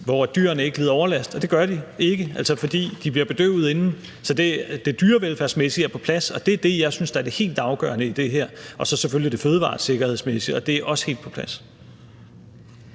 hvor dyrene ikke lider overlast, og det gør de ikke, fordi de bliver bedøvet inden. Så det dyrevelfærdsmæssige er på plads, og det er det, jeg synes er det helt afgørende i det her, og så selvfølgelig det fødevaresikkerhedsmæssige, og det er også helt på plads.